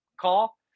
call